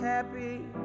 Happy